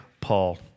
Paul